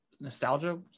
nostalgia